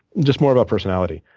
just more about personality.